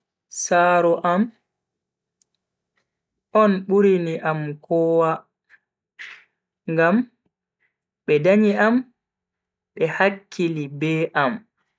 Saaro am on burini am kowa, ngam be danyi am be hakkili be am.